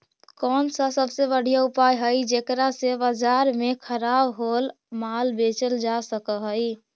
कौन सा सबसे बढ़िया उपाय हई जेकरा से बाजार में खराब होअल माल बेचल जा सक हई?